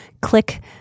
click